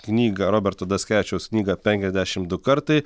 knygą roberto daskevičiaus knygą penkiasdešim du kartai